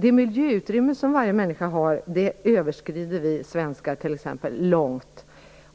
Det miljöutrymme som varje människa har överskrider vi svenskar långt.